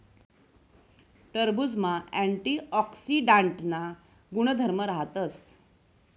टरबुजमा अँटीऑक्सीडांटना गुणधर्म राहतस